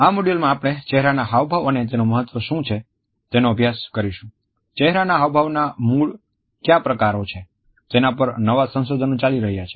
આ મોડ્યુલમાં આપણે ચહેરાના હાવભાવ અને તેનું મહત્વ શું તેનો અભ્યાસ કરીશું ચહેરાના હાવભાવના મૂળ ક્યાં પ્રકારો છે તેના પર નવા સંશોધન ચાલી રહ્યા છે